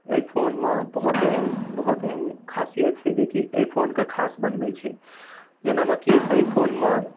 एहि फोनमे बहुत एहन बहुत एहन खासिअत छै जेकि एहि फोनके खास बनबै छै जेनामेकि एहि फोनमे